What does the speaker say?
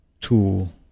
tool